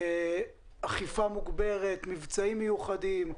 אכיפה מוגברת, מבצעים מיוחדים.